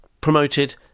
promoted